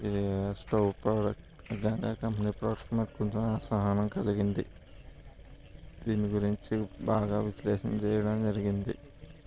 ఇది stove product Ganga company product నాకు కొంచెం అసహనం కలిగింది దీని గురించి బాగా విశ్లేషణ చేయడం జరిగింది